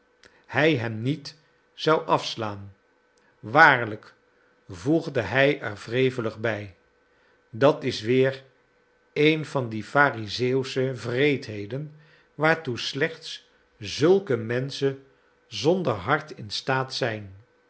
hij hem niet zou afslaan waarlijk voegde hij er wrevelig bij dat is weer een van die pharizeeuwsche wreedheden waartoe slechts zulke menschen zonder hart in staat zijn